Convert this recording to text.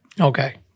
Okay